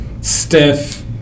stiff